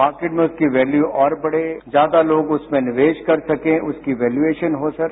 market में उसकी value और बढ़े ज्यादा लोग उसमें निवेश कर सकें उसकी ई वेल्युवेशन हो सके